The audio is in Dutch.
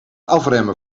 afremmen